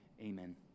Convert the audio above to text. Amen